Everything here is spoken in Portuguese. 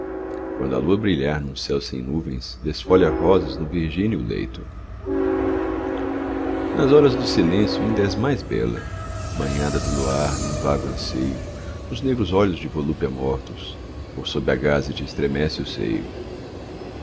quando a lua brilhar num céu sem nuvens desfolha rosas no virgíneo leito nas horas do silêncio inda és mais bela banhada do luar num vago anseio os negros olhos de volúpia mortos por sob a gaze te estremece o seio